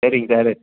சரிங்க சாரு